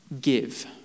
give